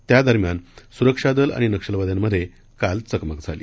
त्या दरम्यान सुरक्षादल आणि नक्षलवाद्यांमध्ये काल चकमक झाली